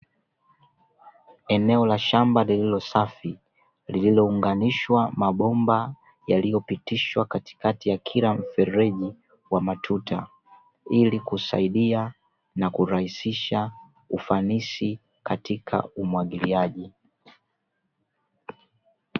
Eneo la shamba lililo safi lililo unganishwa mabomba katikatika ya kila mfereji wa kila tuta ili kurahisisha na kusaidia fanisi katika umwagiliaji